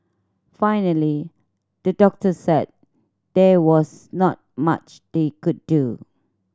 finally the doctors said there was not much they could do